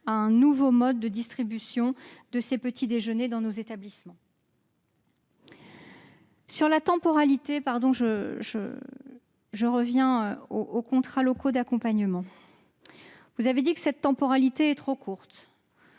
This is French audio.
à un nouveau mode de distribution de ces petits-déjeuners dans nos établissements. Je reviens aux contrats locaux d'accompagnement. Vous considérez que leur temporalité est trop courte